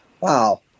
wow